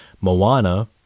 Moana